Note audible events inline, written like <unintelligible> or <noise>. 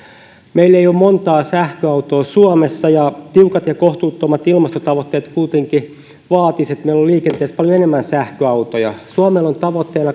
meillä ei ole montaa sähköautoa suomessa ja tiukat ja kohtuuttomat ilmastotavoitteet kuitenkin vaatisivat että meillä olisi liikenteessä paljon enemmän sähköautoja suomella on tavoitteena <unintelligible>